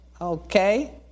Okay